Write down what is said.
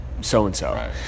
so-and-so